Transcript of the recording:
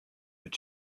but